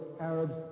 Arabs